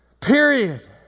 Period